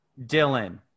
dylan